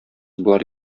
болар